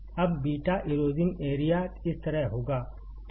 अब beta erosion area β Erosion area इस तरह होगा